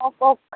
অঁ কওক